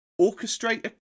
orchestrate